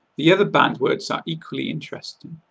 the other banned words are equally interesting.